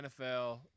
NFL